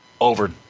over